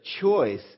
choice